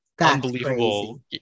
Unbelievable